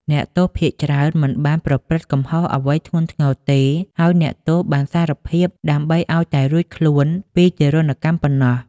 អ្នកទោសភាគច្រើនមិនបានប្រព្រឹត្តកំហុសអ្វីធ្ងន់ធ្ងរទេ ហើយអ្នកទោសបានសារភាពដើម្បីឱ្យតែរួចខ្លួនពីទារុណកម្មប៉ុណ្ណោះ ។